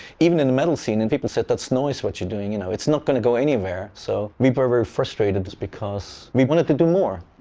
even in the metal scene. and people said, that's noise, what you're doing, you know. it's not going to go anywhere. so, we were very frustrated because we wanted to do more.